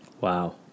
Wow